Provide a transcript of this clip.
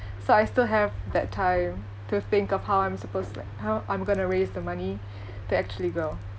so I still have that time to think of how I'm suppose like how I'm going to raise the money to actually go